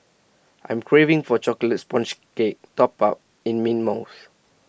I'm craving for Chocolate Sponge Cake Topped in Mint Mousse